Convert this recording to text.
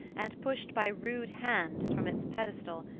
and pushed by rude hands from its pedestal,